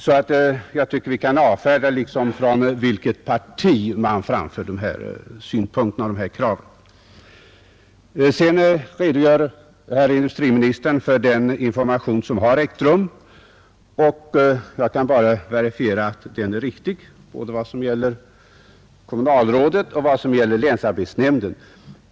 Jag tycker alltså att vi kan avfärda frågan om från vilket parti dessa synpunkter och dessa krav framförs. Herr industriministern redogjorde för den information som har lämnats, och jag kan bara verifiera att den redogörelsen är riktig vad gäller både kommunalrådet och länsarbetsnämnden.